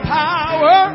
power